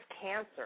cancer